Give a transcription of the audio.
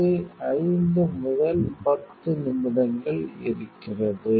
இது 5 முதல் 10 நிமிடங்கள் இருக்கிறது